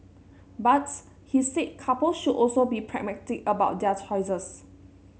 but he said couples should also be pragmatic about their choices